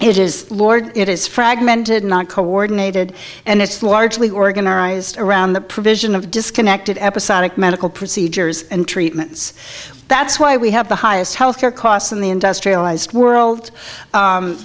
it is lord it is fragmented not coordinated and it's largely organized around the provision of disconnected episodic medical procedures and treatments that's why we have the highest health care costs in the industrialized world